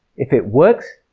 if it works,